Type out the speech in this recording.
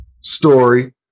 story